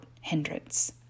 hindrance